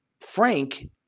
Frank